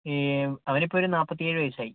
ഈ അവനിപ്പോൾ ഒരു നാൽപ്പത്തി ഏഴ് വയസ്സായി